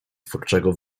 twórczego